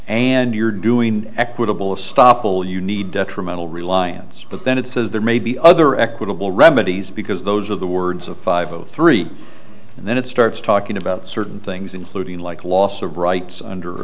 and you're doing equitable stop all you need detrimental reliance but then it says there may be other equitable remedies because those are the words of five o three and then it starts talking about certain things including like loss of rights under